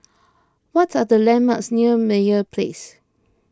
what are the landmarks near Meyer Place